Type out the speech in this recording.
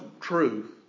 truth